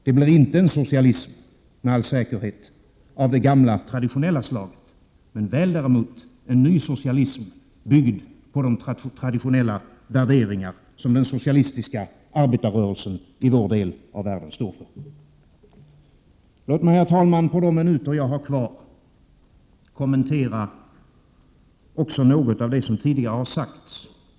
Det blir med all säkerhet inte en socialism av det gamla traditionella slaget men väl däremot en ny socialism, byggd på de traditionella värderingar som den socialistiska arbetarrörelsen i vår del av världen står för. Låt mig, herr talman, på de minuter jag har kvar, kommentera också något av det som tidigare har sagts.